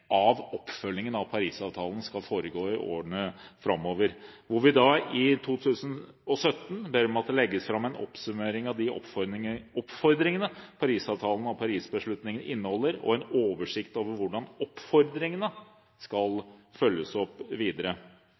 av oppfølgingen av Paris-avtalen skal foregå i årene framover. I 2017 ber vi om at det legges fram en oppsummering av de oppfordringene Paris-avtalen og Paris-beslutningen inneholder, og en oversikt over hvordan oppfordringene skal følges opp videre.